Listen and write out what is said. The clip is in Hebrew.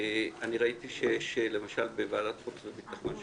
ראיתי שלמשל בוועדת החוץ והביטחון,